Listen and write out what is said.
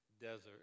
desert